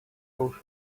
ocean